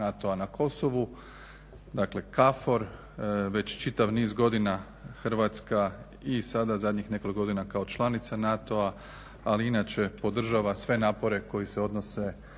na Kosovu dakle KFOR, već čitav niz godina Hrvatska i sada zadnjih nekoliko godina kao članica NATO-a ali inače podržava sve napore koji se odnose